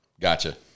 Gotcha